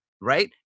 right